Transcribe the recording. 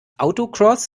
autocross